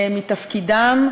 מתפקידם,